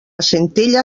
centella